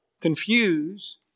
confuse